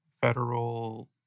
federal